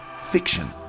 fiction